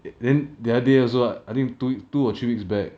it then the other day also I think two two or three weeks back